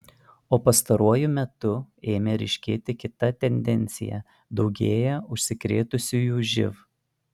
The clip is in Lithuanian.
o pastaruoju metu ėmė ryškėti kita tendencija daugėja užsikrėtusiųjų živ